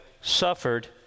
suffered